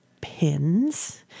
pins